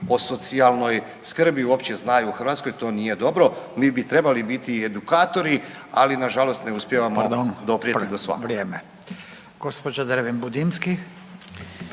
o socijalnoj skrbi uopće znaju u Hrvatskoj. To nije dobro. Mi bi trebali biti i edukatori, ali nažalost ne uspijevamo …/Upadica